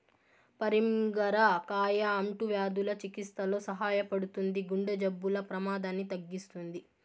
పరింగర కాయ అంటువ్యాధుల చికిత్సలో సహాయపడుతుంది, గుండె జబ్బుల ప్రమాదాన్ని తగ్గిస్తుంది